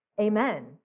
amen